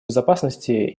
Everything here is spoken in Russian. безопасности